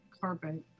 Carpet